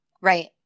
Right